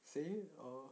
say or